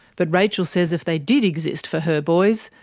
but rachel says if they did exist for her boys,